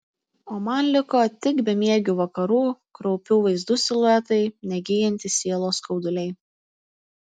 o man liko tik bemiegių vakarų kraupių vaizdų siluetai negyjantys sielos skauduliai